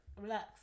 relax